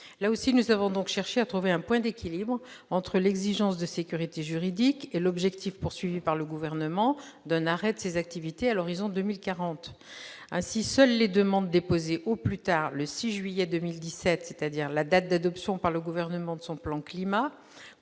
Là aussi, nous avons recherché un point d'équilibre entre l'exigence de sécurité juridique et l'objectif affiché du Gouvernement d'un arrêt de ces activités à l'horizon 2040. Seules les demandes déposées au plus tard le 6 juillet 2017, soit la date d'adoption par le Gouvernement de son plan Climat